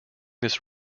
this